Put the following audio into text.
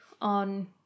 on